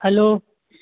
hello